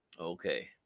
okay